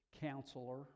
counselor